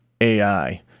AI